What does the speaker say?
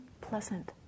pleasant